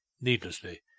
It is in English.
Needlessly